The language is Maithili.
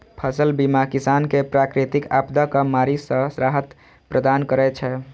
फसल बीमा किसान कें प्राकृतिक आपादाक मारि सं राहत प्रदान करै छै